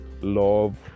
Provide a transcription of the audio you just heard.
love